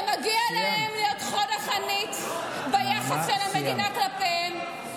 שמגיע להם להיות חוד החנית ביחס של המדינה כלפיהם,